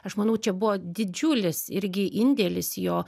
aš manau čia buvo didžiulis irgi indėlis jo